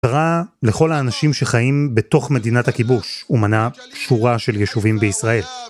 ‫קראה לכל האנשים שחיים ‫בתוך מדינת הכיבוש ‫ומנעה שורה של יישובים בישראל.